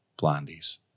blondies